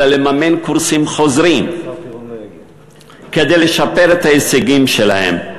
אלא לממן קורסים חוזרים כדי לשפר את ההישגים שלהם,